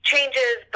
Changes